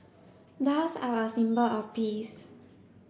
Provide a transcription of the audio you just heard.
doves are a symbol of peace